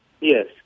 Yes